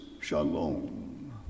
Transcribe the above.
shalom